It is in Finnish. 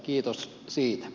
kiitos siitä